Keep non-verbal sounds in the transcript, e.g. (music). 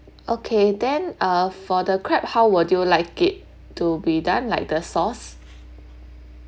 okay then uh for the crab how would you like it to be done like the sauce (noise)